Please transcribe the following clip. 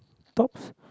tops